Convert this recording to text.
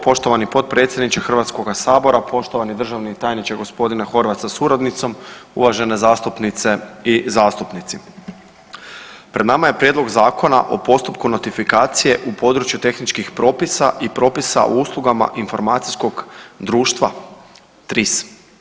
Poštovani potpredsjedniče Hrvatskoga sabora, poštovani državni tajniče gospodine Horvat sa suradnicom, uvažene zastupnice i zastupnici, pred nama je Prijedlog Zakona o postupku notifikacije u području tehničkih propisa i propisa o usluga informacijskog društva TRIS.